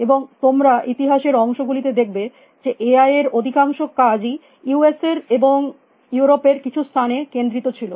এবং তোমরা ইতিহাসের অংশ গুলিতে দেখবে যে এআই এর অধিকাংশ কাজই ইউ এস এর এবং ইউরোপের কিছু স্থানে কেন্দ্রিত ছিল